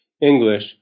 English